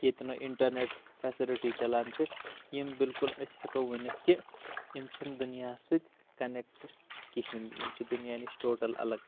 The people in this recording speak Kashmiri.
ییٚتہِ نہٕ اِنٹرنیٹ فیسلٹی چلان چھِ یِم بالکُل أسۍ ہٮ۪کو ؤنِتھ کہِ یِم چھِنہٕ دُنیاہس سۭتۍ کنیٚکٹ کہیٖنۍ تہِ یِم چھِ دُنیا نِش ٹوٹل الگ